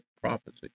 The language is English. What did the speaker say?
prophecy